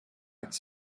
backs